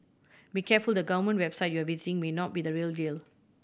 be careful the government website you are visiting may not be the real deal